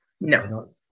no